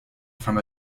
from